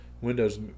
Windows